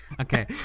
Okay